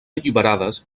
alliberades